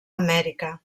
amèrica